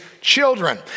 children